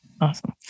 Awesome